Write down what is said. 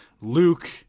Luke